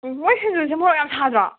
ꯎꯝ ꯃꯣꯏ ꯁꯤꯡꯖꯨꯁꯦ ꯃꯣꯔꯣꯛ ꯌꯥꯝꯅ ꯁꯥꯗ꯭ꯔꯣ